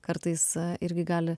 kartais irgi gali